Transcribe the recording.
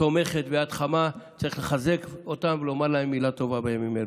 תומכת ויד חמה צריך לחזק אותם ולומר להם מילה טובה בימים אלה.